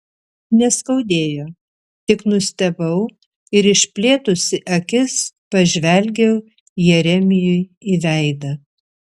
neskaudėjo tik nustebau ir išplėtusi akis pažvelgiau jeremijui į veidą